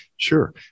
Sure